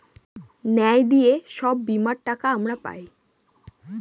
ন্যায় দিয়ে সব বীমার টাকা আমরা পায়